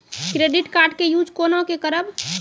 Credit card के use कोना के करबऽ?